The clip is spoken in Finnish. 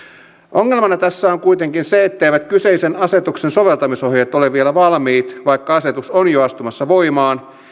ongelmana tässä on kuitenkin se etteivät kyseisen asetuksen soveltamisohjeet ole vielä valmiit vaikka asetus on jo astumassa voimaan